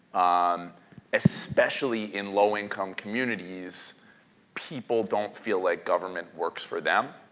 um especially in low income communities people don't feel like government works for them.